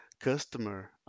customer